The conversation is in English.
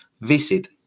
visit